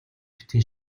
битгий